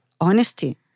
honesty